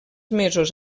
mesos